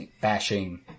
bashing